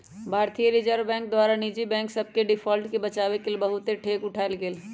भारतीय reserve bank द्वारा निजी बैंक सभके डिफॉल्ट से बचाबेके लेल बहुते डेग उठाएल गेल